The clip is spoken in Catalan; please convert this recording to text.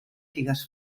figues